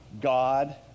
God